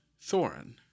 Thorin